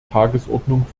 tagesordnung